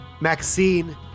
Maxine